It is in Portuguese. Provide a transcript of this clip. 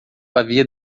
havia